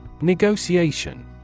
Negotiation